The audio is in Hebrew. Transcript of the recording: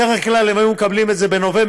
בדרך כלל הם היו מקבלים את זה בנובמבר-דצמבר.